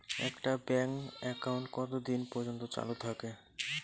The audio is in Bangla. একটা ব্যাংক একাউন্ট কতদিন পর্যন্ত চালু থাকে?